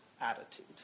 attitude